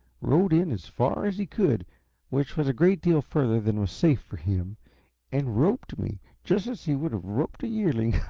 rode in as far as he could which was a great deal further than was safe for him and roped me, just as he would have roped a yearling.